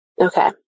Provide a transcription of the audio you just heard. Okay